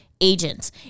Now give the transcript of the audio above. agents